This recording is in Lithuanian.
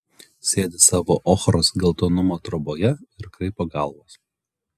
sėdi savo ochros geltonumo troboje ir kraipo galvas